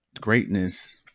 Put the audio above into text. greatness